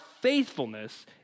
faithfulness